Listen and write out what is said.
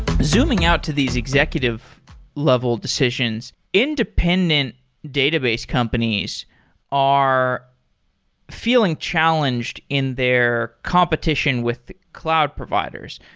zooming out to these executive level decisions, independent database companies are feeling challenged in their competition with cloud providers.